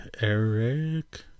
Eric